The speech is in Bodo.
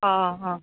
अ अ